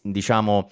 diciamo